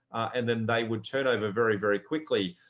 and then they would turn over very, very quickly.